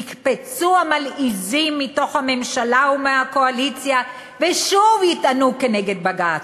יקפצו המלעיזים מתוך הממשלה ומהקואליציה ושוב יטענו כנגד בג"ץ.